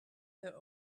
her